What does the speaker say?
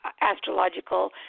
astrological